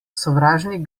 sovražnik